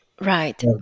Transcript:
Right